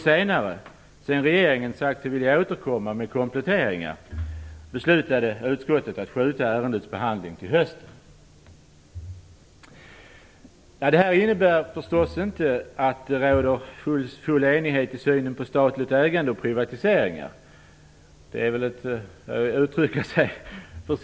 Senare, sedan regeringen sagt sig vilja återkomma med kompletteringar, beslutade utskottet att skjuta upp ärendets behandling till hösten. Detta innebär förstås inte - försiktigt uttryckt - att det råder enighet i synen på statligt ägande och privatiseringar.